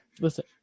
Listen